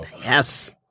Yes